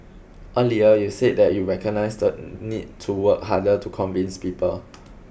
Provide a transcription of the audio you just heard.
earlier you said that you recognise the need to work harder to convince people